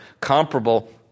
comparable